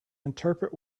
interpret